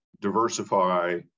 diversify